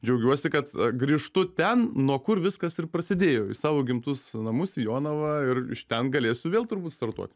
džiaugiuosi kad grįžtu ten nuo kur viskas ir prasidėjo į savo gimtus namus į jonavą ir iš ten galėsiu vėl turbūt startuot